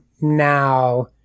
now